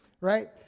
right